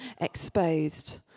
exposed